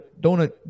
donut